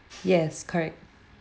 yes correct